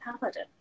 paladin